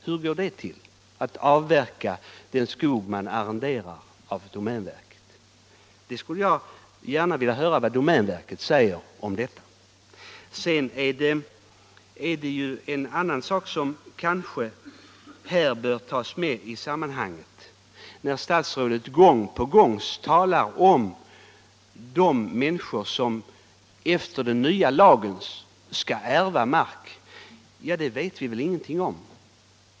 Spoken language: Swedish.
Hur går det till att avverka den skog man arrenderar av domänverket? Jag skulle gärna vilja höra vad domänverket säger om det. Sedan är det en annan sak som kanske också bör tas med i sammanhanget. Statsrådet talar gång på gång om de människor som enligt den nya lagen skall ärva mark. Det vet vi ingenting om.